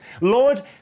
Lord